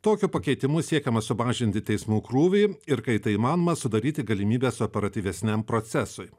tokiu pakeitimu siekiama sumažinti teismų krūvį ir kai tai įmanoma sudaryti galimybes operatyvesniam procesui